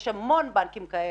יש המון בנקים כאלו.